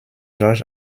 georges